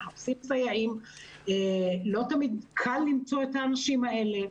מחפשים סייעים ולא תמיד קל למצוא את האנשים האלה.